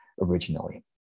originally